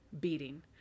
beating